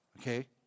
Okay